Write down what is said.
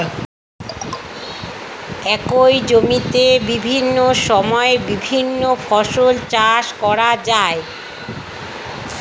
একই জমিতে বিভিন্ন সময়ে বিভিন্ন ফসল চাষ করা যায়